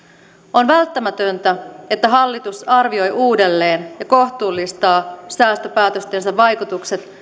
on välttämätöntä että hallitus arvioi uudelleen ja kohtuullistaa säästöpäätöstensä vaikutukset